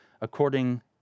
according